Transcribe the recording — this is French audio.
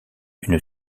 une